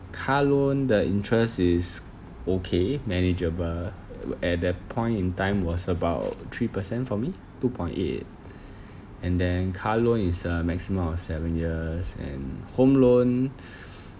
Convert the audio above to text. car loan the interest is okay manageable at that point in time was about three percent for me two point eight eight and then car loan is a maximum of seven years and home loan